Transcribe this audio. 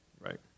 right